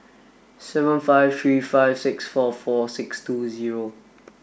seven five three five six four four six two zero